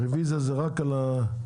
הרביזיה זה רק על הסעיף.